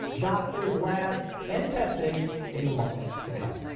doctors, labs, and testing in the months to come.